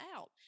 out